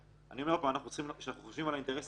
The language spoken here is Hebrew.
אני אומר עוד פעם, כשאנחנו חושבים על האינטרס